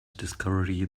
discovery